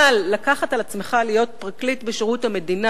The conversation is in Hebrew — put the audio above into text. אבל לקחת על עצמך להיות פרקליט בשירות המדינה,